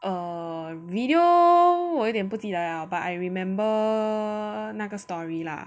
err video 我有点不记得 ya but I remember 那个 story lah